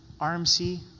RMC